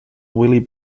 willy